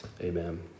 Amen